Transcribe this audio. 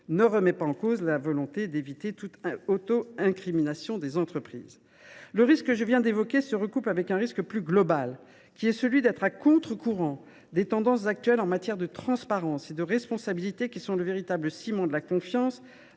ne remet pas en cause la volonté d’éviter toute auto incrimination des entreprises. Le risque que je viens d’évoquer en recoupe un autre, plus global : celui d’aller à contre courant des tendances actuelles en matière de transparence et de responsabilité, qui sont le véritable ciment de la confiance